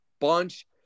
bunch